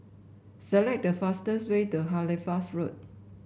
select the fastest way to Halifax Road